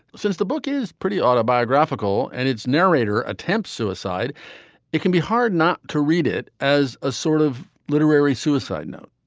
since the book is pretty autobiographical and its narrator attempts suicide it can be hard not to read it as a sort of literary suicide note.